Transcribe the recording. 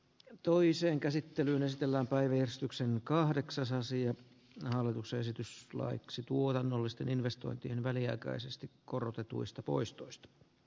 toiseen käsittelyyn esitellään päivystyksen sovittelija tässäkin koska eivätkös nämä sovinnontekijät ole autuaita